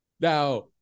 Now